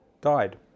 died